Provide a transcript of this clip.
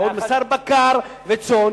בעוד בשר בקר וצאן,